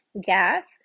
gas